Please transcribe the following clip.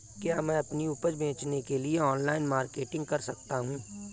क्या मैं अपनी उपज बेचने के लिए ऑनलाइन मार्केटिंग कर सकता हूँ?